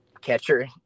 catcher